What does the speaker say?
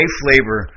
flavor